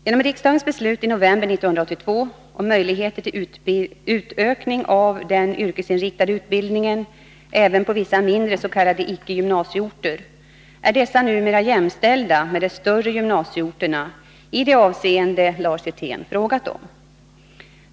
Genom riksdagens beslut i november 1982 om möjligheter till utökning av den yrkesinriktade utbildningen även på vissa mindre s.k. icke-gymnasieorter är dessa numera jämställda med de större gymnasieorterna i det avseende Lars Hjertén frågat om.